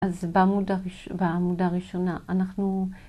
אז בעמודה הראשונה אנחנו